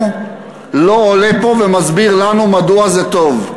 לא עולה לפה ומסביר לנו מדוע זה טוב.